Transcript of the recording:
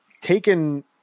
taken